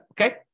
Okay